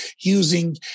using